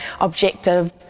objective